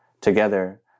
Together